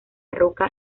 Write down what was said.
roca